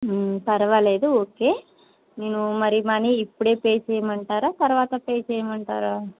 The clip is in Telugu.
పర్వాలేదు ఓకే నేను మరి మనీ ఇప్పుడే పే చేయమంటారా తర్వాత పే చేయమంటారా